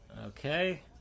Okay